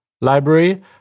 library